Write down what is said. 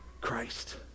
Christ